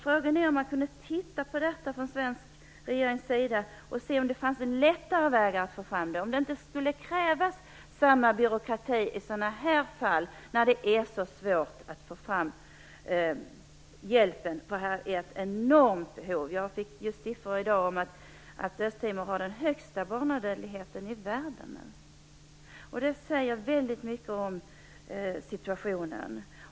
Frågan är om man kunde titta närmare på detta från svensk regerings sida och se om det fanns en lättare väg att få fram biståndet. Det skulle inte krävas samma byråkrati i sådana här fall, när det är så svårt att få fram hjälpen. Här är ett enormt behov. Jag fick siffror i dag om att Östtimor har den högsta barnadödligheten i världen. Det säger väldigt mycket om situationen.